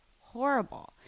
horrible